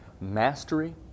mastery